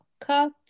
cut